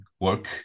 work